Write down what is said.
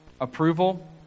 approval